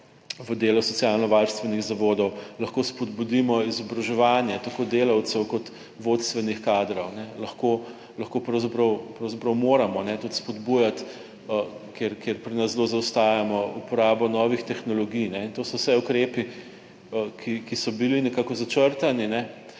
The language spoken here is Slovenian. v delo socialno varstvenih zavodov, lahko spodbudimo izobraževanje tako delavcev kot vodstvenih kadrov, lahko pravzaprav moramo tudi spodbujati, ker pri nas zelo zaostajamo, uporabo novih tehnologij in to so vse ukrepi, ki so bili nekako začrtani,